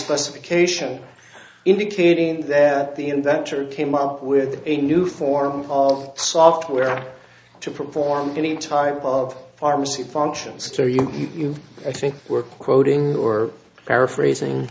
specification indicating that the inventor came up with a new form of software to perform any type of pharmacy functions you i think were quoting or paraphrasing